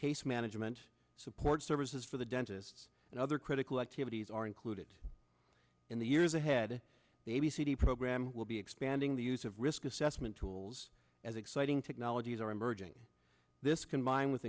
case management support services for the dentists and other critical activities are included in the years ahead the a b c program will be expanding the use of risk assessment tools as exciting technologies are emerging this combined with